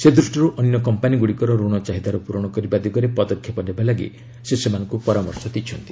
ସେ ଦୃଷ୍ଟିରୁ ଅନ୍ୟ କମ୍ପାନୀଗୁଡ଼ିକର ରଣ ଚାହିଦାର ପୂରଣ କରିବା ଦିଗରେ ପଦକ୍ଷେପ ନେବାକୁ ସେ ସେମାନଙ୍କୁ ପରାମର୍ଶ ଦେଇଛନ୍ତି